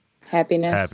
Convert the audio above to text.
happiness